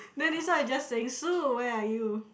then this one is just saying Sue where are you